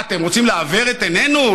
מה, אתם רוצים לעוור את עינינו?